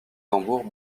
tambours